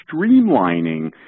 streamlining